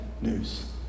news